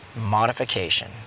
modification